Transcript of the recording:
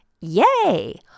Yay